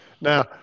Now